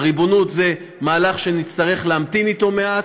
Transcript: הריבונות היא מהלך שנצטרך להמתין אתו מעט,